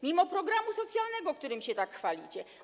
Mimo programu socjalnego, którym się tak chwalicie.